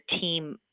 team